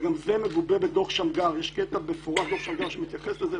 וגם זה מגובה בדוח שמגר יש קטע מפורט בדוח שמגר שמתייחס לזה.